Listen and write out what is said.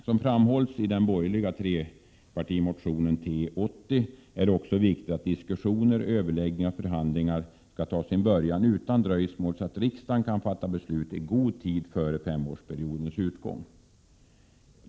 Som framhålls i den borgerliga trepartimotionen T80 är det också viktigt att diskussioner, överläggningar och förhandlingar skall ta sin början utan dröjsmål, så att riksdagen kan fatta beslut i god tid före femårsperiodens utgång.